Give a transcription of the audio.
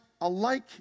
alike